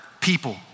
people